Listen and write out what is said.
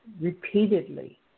repeatedly